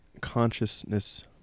consciousness